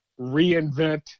reinvent